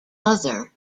other